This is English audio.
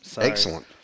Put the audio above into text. Excellent